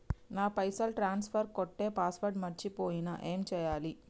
నా పైసల్ ట్రాన్స్ఫర్ కొట్టే పాస్వర్డ్ మర్చిపోయిన ఏం చేయాలి?